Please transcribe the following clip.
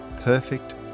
perfect